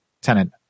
tenant